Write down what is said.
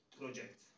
project